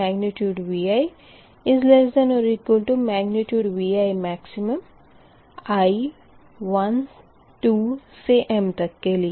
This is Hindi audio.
≤Vimax i12m के लिए